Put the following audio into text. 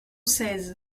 seize